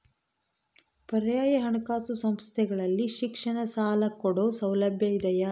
ಪರ್ಯಾಯ ಹಣಕಾಸು ಸಂಸ್ಥೆಗಳಲ್ಲಿ ಶಿಕ್ಷಣ ಸಾಲ ಕೊಡೋ ಸೌಲಭ್ಯ ಇದಿಯಾ?